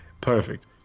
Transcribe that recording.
Perfect